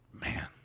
Man